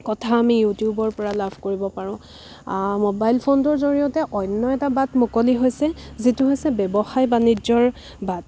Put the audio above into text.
কথা আমি ইউটিউবৰ পৰা লাভ কৰিব পাৰোঁ ম'বাইল ফোনটোৰ জৰিয়তে অন্য এটা বাট মুকলি হৈছে যিটো হৈছে ব্যৱসায় বাণিজ্যৰ বাট